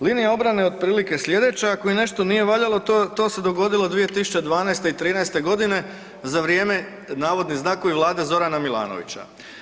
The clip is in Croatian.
Linija obrane je otprilike slijedeća, ako im nešto nije valjalo to, to se dogodilo 2012. i '13.g. za vrijeme, navodni znakovi Vlada Zorana Milanovića.